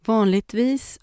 Vanligtvis